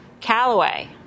Callaway